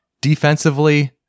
defensively